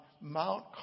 Mount